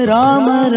Rama